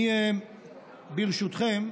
ברשותכם,